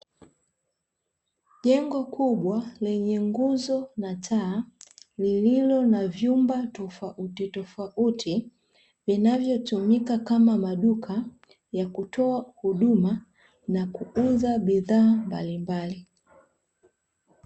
Jengo kubwa lenye nguzo na taa lililo na vyumba tofauti tofauti vinavyotumika kama maduka ya kutoa huduma na kuuza bidhaa mbalimbali.